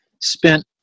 Spent